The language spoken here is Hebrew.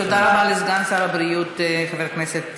תודה רבה לסגן שר הבריאות חבר הכנסת